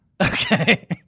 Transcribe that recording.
Okay